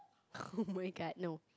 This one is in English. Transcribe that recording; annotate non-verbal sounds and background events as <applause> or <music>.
<noise> my god no